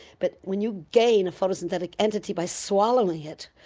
but when you gain a photosynthetic entity by swallowing it